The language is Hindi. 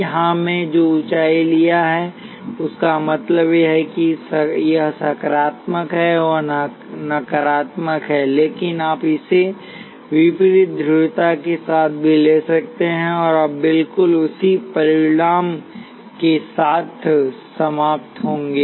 यहाँ मैं जो ऊंचाई लिया है है उसका मतलब है कि यह सकारात्मक है और वह नकारात्मक है लेकिन आप इसे विपरीत ध्रुवता के साथ भी ले सकते हैं और आप बिल्कुल उसी परिणाम के साथ समाप्त होंगे